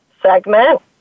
segment